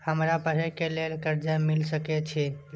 हमरा पढ़े के लेल कर्जा मिल सके छे?